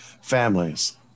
families